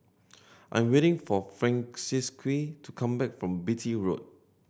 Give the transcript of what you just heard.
I am waiting for Francisqui to come back from Beatty Road